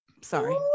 sorry